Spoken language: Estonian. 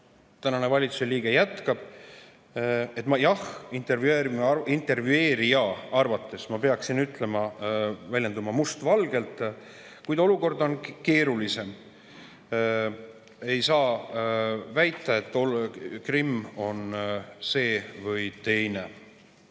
tänane valitsusliige jätkab: jah, intervjueerija arvates ma peaksin väljenduma mustvalgelt, kuid olukord on keerulisem. Ei saa väita, et Krimm on see või teine.